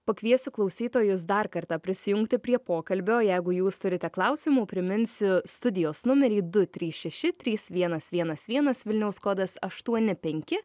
pakviesiu klausytojus dar kartą prisijungti prie pokalbio jeigu jūs turite klausimų priminsiu studijos numerį du trys šeši trys vienas vienas vienas vilniaus kodas aštuoni penki